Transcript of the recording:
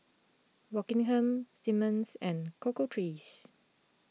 Rockingham Simmons and the Cocoa Trees